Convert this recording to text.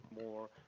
more